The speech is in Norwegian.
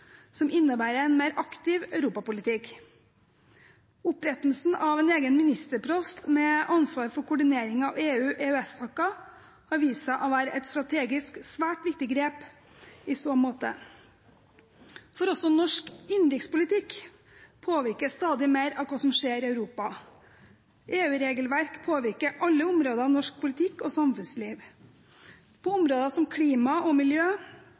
som innebærer en mer aktiv europapolitikk. Opprettelsen av en egen ministerpost med ansvar for koordinering av EU/EØS-saker har vist seg å være et strategisk svært viktig grep i så måte, for også norsk innenrikspolitikk påvirkes stadig mer av hva som skjer i Europa. EU-regelverk påvirker alle områder av norsk politikk og samfunnsliv. På områder som klima og miljø,